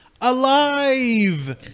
Alive